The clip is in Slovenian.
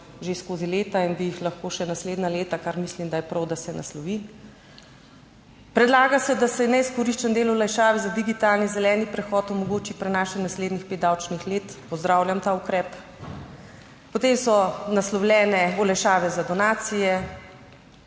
že skozi leta in bi jih lahko še naslednja leta, kar mislim, da je prav, da se naslovi. Predlaga se, da se neizkoriščen del olajšave za digitalni zeleni prehod omogoči, prenaša naslednjih pet davčnih let. Pozdravljam ta ukrep. Potem so naslovljene olajšave za donacije.